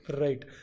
Right